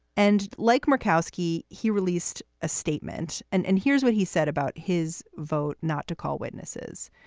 and like murkowski, he released a statement. and and here's what he said about his vote, not to call witnesses.